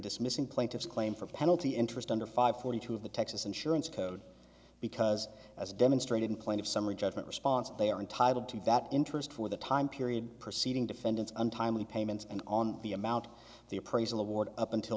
dismissing plaintiff's claim for penalty interest under five forty two of the texas insurance code because as demonstrated in point of summary judgment response they are entitled to that interest for the time period proceeding defendant's untimely payments and on the amount the appraisal award up until